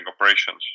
operations